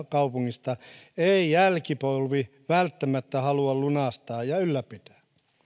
kaupungista ei jälkipolvi välttämättä halua lunastaa ja ylläpitää